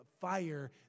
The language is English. fire